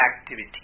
activity